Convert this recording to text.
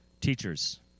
teachers